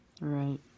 Right